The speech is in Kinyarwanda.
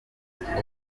rukundo